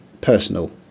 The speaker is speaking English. personal